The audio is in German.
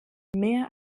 mehr